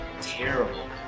terrible